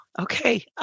Okay